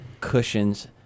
cushions